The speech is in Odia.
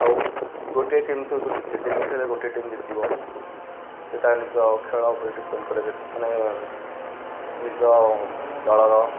ଆଉ ଗୋଟେ ଟିମ୍ ସହିତ ଜିତେ ଯେମିତି ହେଲେ ଗୋଟିଏ ଟିମ୍ ଜିତିବ ସେଇଟା ନିଜ ଖେଳ ଉପରେ ଡିପେଣ୍ଡ ମାନେ ନିଜ ଦଳର